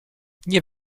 nie